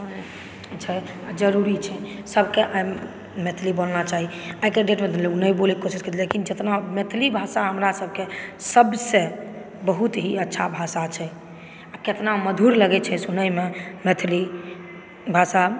छै आ जरुरी छै सबकेँ मैथिली बोलना चाही आइके डेटमे तऽ लोग नहि बोलयके कोशिश करै छै लेकिन जेतना मैथिली भाषा हमरा सभकेँ सबसे बहुत ही अच्छा भाषा छै आ केतना मधुर लगै छै सुनयमे मैथिली भाषा